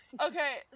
Okay